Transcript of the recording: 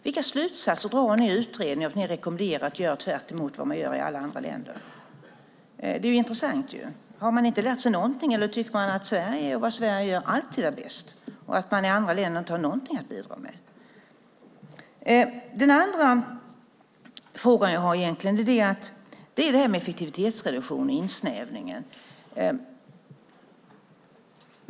Vilka slutsatser drar ni i utredningen av att ni rekommenderar att göra tvärtemot vad man gör i alla andra länder? Det är intressant. Har man inte lärt sig någonting, eller tycker man att Sverige och vad Sverige gör alltid är bäst och att man i andra länder inte har någonting att bidra med? Den andra frågan jag har rör det här med effektivitetsrevision och insnävningen.